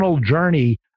journey